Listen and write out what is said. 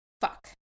Fuck